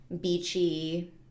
beachy